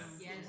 Yes